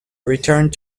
returned